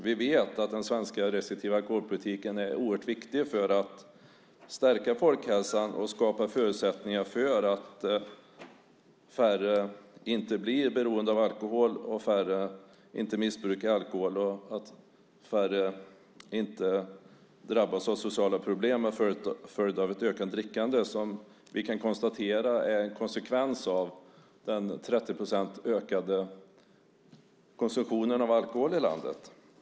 Vi vet att den svenska restriktiva alkoholpolitiken är oerhört viktig för att stärka folkhälsan och skapa förutsättningar för att färre blir beroende av alkohol, färre missbrukar alkohol och färre drabbas av sociala problem till följd av ett ökat drickande. Vi kan konstatera att det är en konsekvens av den 30-procentiga ökningen av konsumtionen av alkohol i landet.